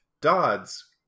Dodds